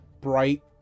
bright